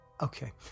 Okay